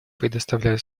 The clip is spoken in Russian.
предоставляю